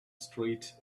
street